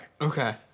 okay